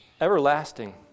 everlasting